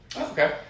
okay